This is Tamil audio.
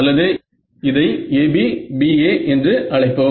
அல்லது இதை AB BA என்று அழைப்போம்